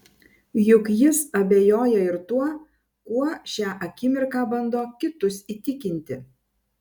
juk jis abejoja ir tuo kuo šią akimirką bando kitus įtikinti